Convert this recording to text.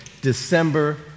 December